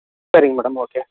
சரிங்க madam okay